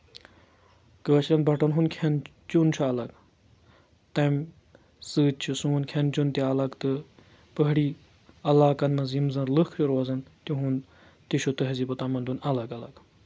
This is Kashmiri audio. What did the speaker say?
کٲشرؠن بَٹَن ہُنٛد کھؠن چیوٚن چھُ الگ تمہِ سۭتۍ چھُ سون کھؠن چوٚن تہٕ الگ تہٕ پہٲڑی علاقن منٛز یِم زَن لُکھ چھِ روزان تِہُنٛد تہِ چھُ تہذیٖب تمَا دُن الگ الگ